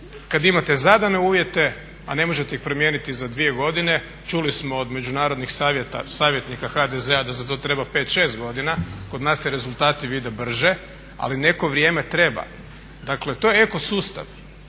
kada imate zadane uvjete, a ne možete ih promijeniti za dvije godine. Čuli smo od međunarodnih savjetnika HDZ-a da za to treba 5, 6 godina, kod nas se rezultati vide brže, ali neko vrijeme treba. Dakle to je eko sustav